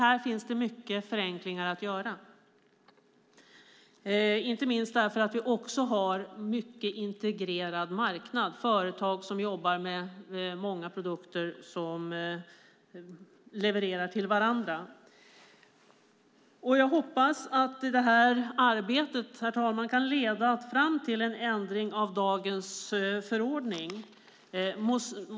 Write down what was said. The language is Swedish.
Här finns många förenklingar att göra, inte minst därför att det finns en mycket integrerad marknad. Företag jobbar med produkter som de levererar till varandra. Jag hoppas att arbetet, herr talman, kan leda fram till en ändring av dagens förordning.